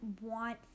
want